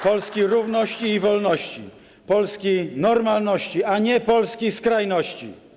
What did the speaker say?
Polski równości i wolności, Polski normalności, a nie Polski skrajności.